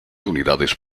unidades